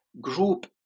group